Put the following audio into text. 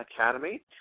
Academy